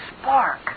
spark